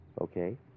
Okay